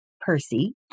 Percy